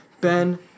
Ben